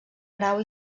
grau